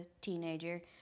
teenager